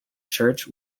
church